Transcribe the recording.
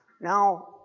Now